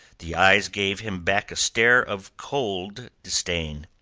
the eyes gave him back a stare of cold disdain.